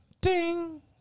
Ding